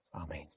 Amen